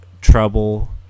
trouble